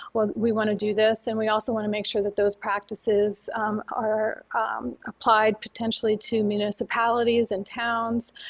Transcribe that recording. what we want to do this and we also want to make sure that those practices are applied potentially to municipalities and towns,